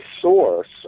source